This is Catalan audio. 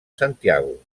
santiago